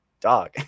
dog